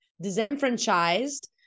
disenfranchised